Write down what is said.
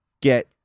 get